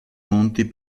monti